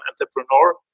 entrepreneur